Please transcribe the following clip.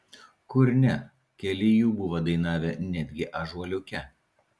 kur ne keli jų buvo dainavę netgi ąžuoliuke